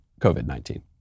COVID-19